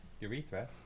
Urethra